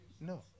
No